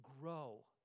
grow